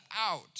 out